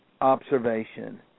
observation